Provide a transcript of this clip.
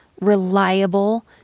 reliable